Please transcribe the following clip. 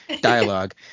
dialogue